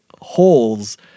holes